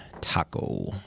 taco